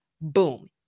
Boom